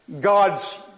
God's